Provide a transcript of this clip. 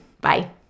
bye